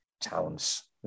towns